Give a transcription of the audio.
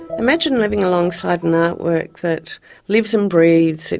imagine living alongside an artwork that lives and breathes,